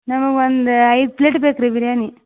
ನಮ್ಗೆ ಒಂದು ಐದು ಪ್ಲೇಟ್ ಬೇಕು ರೀ ಬಿರಿಯಾನಿ